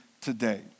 today